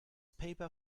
paper